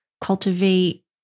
cultivate